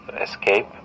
escape